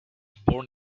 born